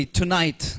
tonight